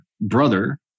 brother